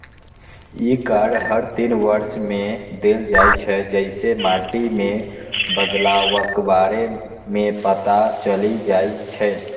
ई card हर तीन वर्ष मे देल जाइ छै, जइसे माटि मे बदलावक बारे मे पता चलि जाइ छै